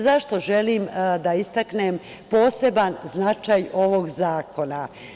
Zašto želim da istaknem poseban značaj ovoga zakona?